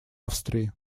австрии